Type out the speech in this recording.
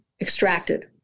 extracted